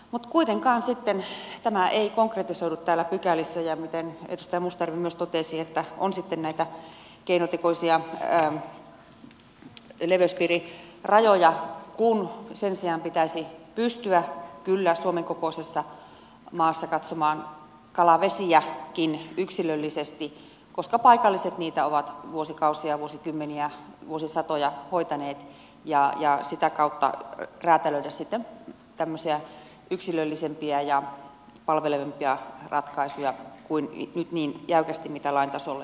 mutta kuitenkaan tämä ei sitten konkretisoidu täällä pykälissä ja kuten myös edustaja mustajärvi totesi on sitten näitä keinotekoisia leveyspiirirajoja kun sen sijaan pitäisi pystyä kyllä suomen kokoisessa maassa katsomaan kalavesiäkin yksilöllisesti koska paikalliset niitä ovat vuosikausia vuosikymmeniä vuosisatoja hoitaneet ja sitä kautta räätälöidä sitten tämmöisiä yksilöllisempiä ja palvelevampia ratkaisuja kuin mitä nyt niin jäykästi lain tasolle on kirjattu